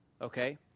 Okay